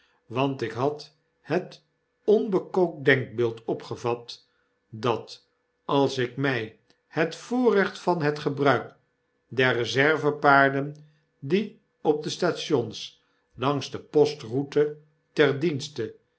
want ik had het onbekookt denkbeeld opgevat dat als ik my het voorrecht van het gebruik der reservepaarden die op de stations langs de potroute ten dienste